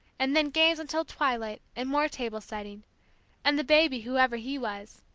and then games until twilight, and more table-setting and the baby, whoever he was,